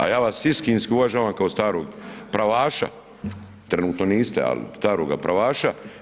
A ja vas istinski uvažavam kao starog pravaša, trenutno niste, ali staroga pravaša.